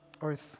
earth